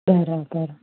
बरोबरु